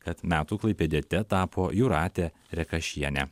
kad metų klaipėdiete tapo jūratė rekašienė